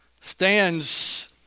stands